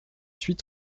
huit